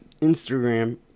Instagram